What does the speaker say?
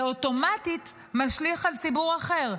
זה אוטומטית משליך על ציבור אחר,